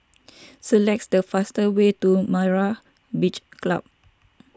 select the fastest way to Myra's Beach Club